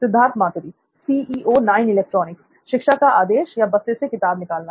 सिद्धार्थ मातुरी शिक्षक का आदेश या बस्ते से किताब निकालना